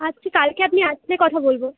আচ্ছা কালকে আপনি আসলে কথা বলব